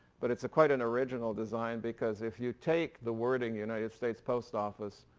but it's a quite an original design because if you take the wording united states post office,